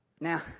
Now